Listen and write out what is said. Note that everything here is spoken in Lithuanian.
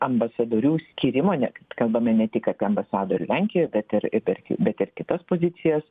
ambasadorių skyrimo ne kalbame ne tik apie ambasadorių lenkijoj bet ir į ber bet ir kitas pozicijas